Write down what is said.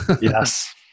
Yes